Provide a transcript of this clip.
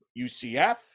UCF